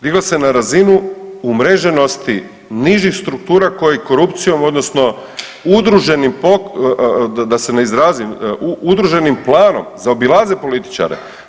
Digla se na razinu umreženosti nižih struktura koji korupcijom odnosno udruženim da se ne izrazim, udruženim planom zaobilaze političare.